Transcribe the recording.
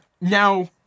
Now